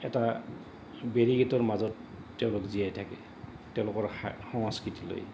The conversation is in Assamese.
এটা বেৰিকেটৰ মাজত তেওঁলোক জীয়াই থাকে তেওঁলোকৰ সংস্কৃতিলৈ